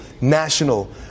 national